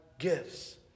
gifts